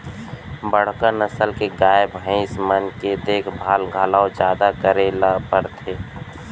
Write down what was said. बड़का नसल के गाय, भईंस मन के देखभाल घलौ जादा करे ल परथे